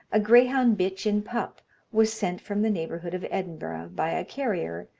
a greyhound bitch in pup was sent from the neighbourhood of edinburgh by a carrier,